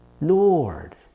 Lord